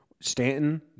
Stanton